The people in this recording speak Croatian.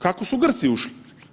Kako su Grci ušli?